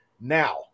Now